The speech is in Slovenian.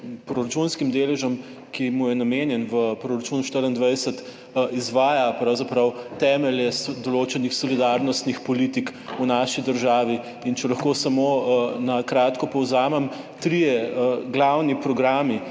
proračunskim deležem, ki mu je namenjen v proračunu 2024, izvaja pravzaprav temelje določenih solidarnostnih politik v naši državi. In če lahko samo na kratko povzamem tri glavne programe